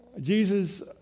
Jesus